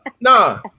Nah